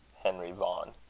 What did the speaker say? henry vaughan.